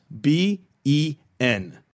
B-E-N